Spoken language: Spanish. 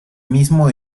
mismo